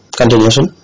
continuation